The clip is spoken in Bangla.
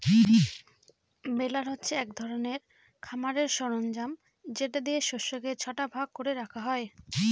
বেলার হচ্ছে এক ধরনের খামারের সরঞ্জাম যেটা দিয়ে শস্যকে ছটা ভাগ করে রাখা হয়